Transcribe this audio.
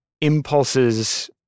impulses